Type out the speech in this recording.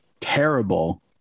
terrible